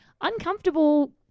uncomfortable